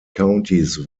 countys